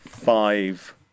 Five